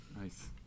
Nice